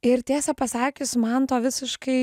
ir tiesą pasakius man to visiškai